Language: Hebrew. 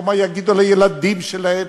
או מה יגידו על הילדים שלהם.